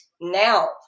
now